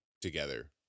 together